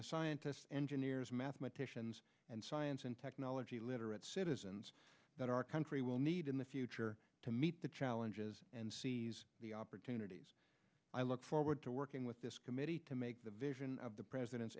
the scientists engineers mathematicians and science and technology literate citizens that our country will need in the future to meet the challenges and seize the opportunities i look forward to working with this committee to make the vision of the president's